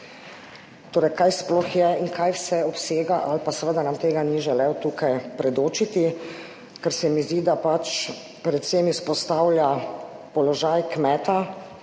torej kaj sploh je in kaj vse obsega ali pa seveda nam tega ni želel tukaj predočiti, ker se mi zdi, da pač predvsem izpostavlja položaj kmeta,